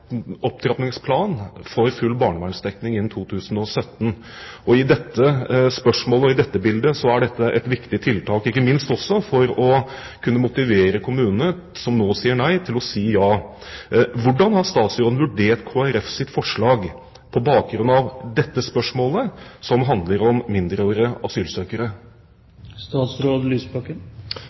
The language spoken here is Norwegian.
opptrappingsplan for full barnevernsdekning innen 2017. I det bildet blir dette et viktig tiltak, ikke minst også for å kunne motivere kommunene som nå sier nei, til å si ja. Hvordan har statsråden vurdert Kristelig Folkepartis forslag på bakgrunn av dette spørsmålet som handler om mindreårige